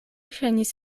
ŝajnis